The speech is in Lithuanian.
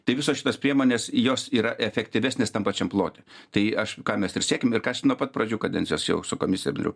tai visos šitos priemonės jos yra efektyvesnės tam pačiam plote tai aš ką mes ir siekiam ir ką aš nuo pat pradžių kadencijos jau su komisijom dariau